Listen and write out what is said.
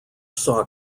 saw